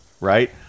right